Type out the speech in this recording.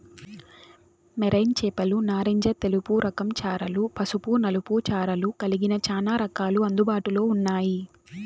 marine చేపలు నారింజ తెలుపు రకం చారలు, పసుపు నలుపు చారలు కలిగిన చానా రకాలు అందుబాటులో ఉన్నాయి